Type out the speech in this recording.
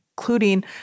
including